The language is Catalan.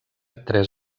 tres